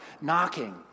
knocking